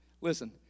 listen